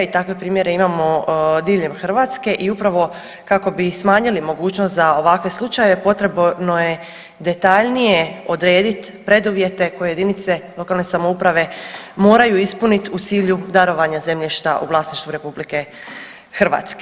I takve primjere imamo diljem Hrvatske i upravo kako bi smanjili mogućnost za ovakve slučajeve potrebno je detaljnije odrediti preduvjete koje jedinice lokalne samouprave moraju ispuniti u cilju darovanja zemljišta u vlasništvu RH.